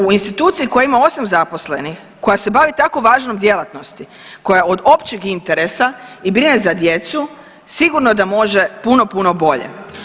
U instituciji koja ima 8 zaposlenih, koja se bavi tako važnom djelatnosti, koja je od općeg interesa i brine za djecu sigurno je da može puno, puno bolje.